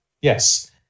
Yes